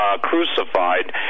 crucified